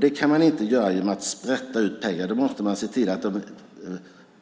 Det kan man inte göra genom att sprätta ut pengar. Man måste se till att de